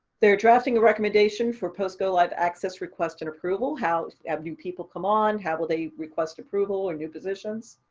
they're drafting a recommendation for post go live access request and approval. how do new people come on? how will they request approval or new positions?